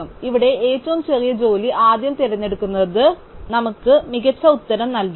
അതിനാൽ ഇവിടെ ഏറ്റവും ചെറിയ ജോലി ആദ്യം തിരഞ്ഞെടുക്കുന്നത് നമുക്ക് മികച്ച ഉത്തരം നൽകില്ല